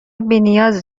بینیاز